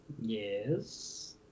Yes